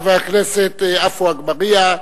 חבר הכנסת עפו אגבאריה,